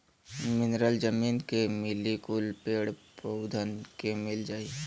mineral जमीन के मिली कुल पेड़ पउधन के मिल जाई